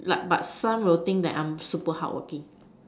like but some will think that I'm super hardworking